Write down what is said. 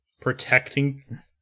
protecting